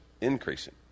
increasing